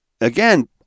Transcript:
again